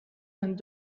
and